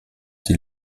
die